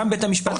גם בית המשפט עצמו,